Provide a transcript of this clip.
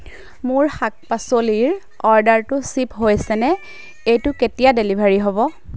মোৰ শাক পাচলিৰ অৰ্ডাৰটো শ্বিপ হৈছেনে এইটো কেতিয়া ডেলিভাৰী হ'ব